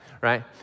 right